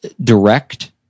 direct